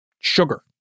sugar